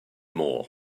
more